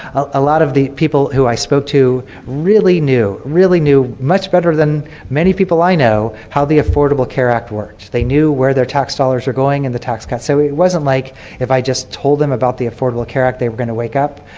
a lot of the people who i spoke to really knew, really knew much better than many people i know how the affordable care act worked. they knew where their tax dollars were going and the tax cuts. so it wasn't like if i just told them about the affordable care act they were going to wake up.